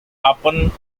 upon